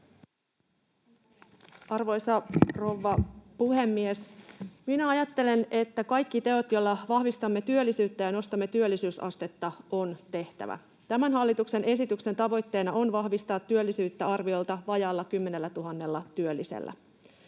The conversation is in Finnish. Arvoisa rouva puhemies! Minä ajattelen, että kaikki teot, joilla vahvistamme työllisyyttä ja nostamme työllisyysastetta, on tehtävä. Tämän hallituksen esityksen tavoitteena on vahvistaa työllisyyttä arviolta vajaalla 10 000 työllisellä.